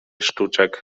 sztuczek